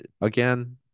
Again